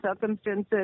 circumstances